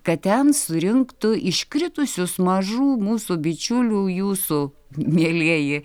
kad ten surinktų iškritusius mažų mūsų bičiulių jūsų mielieji